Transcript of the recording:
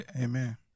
amen